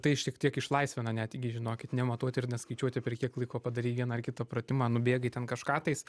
tai šiek tiek išlaisvina netgi žinokit nematuoti ir neskaičiuoti per kiek laiko padarei vieną ar kitą pratimą nubėgai ten kažką tais